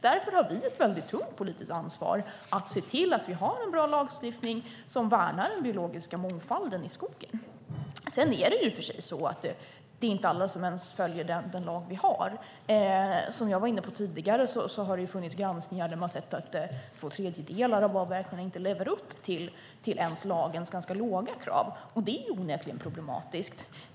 Därför har vi ett tungt politiskt ansvar att se till att vi har en bra lagstiftning som värnar den biologiska mångfalden i skogen. Sedan är det i och för sig så att alla inte ens följer den lag vi har. Som jag var inne på tidigare har det funnits granskningar där man sett att två tredjedelar inte ens lever upp till lagens ganska låga krav. Det är onekligen problematiskt.